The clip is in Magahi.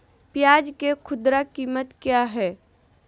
प्याज के खुदरा कीमत क्या है?